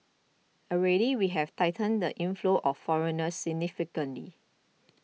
already we have tightened the inflows of foreigners significantly